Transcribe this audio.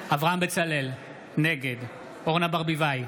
אברהם בצלאל, נגד אורנה ברביבאי,